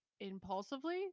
impulsively